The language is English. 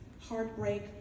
heartbreak